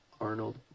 Arnold